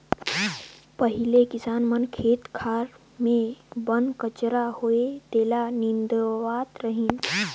पहिले किसान मन खेत खार मे बन कचरा होवे तेला निंदवावत रिहन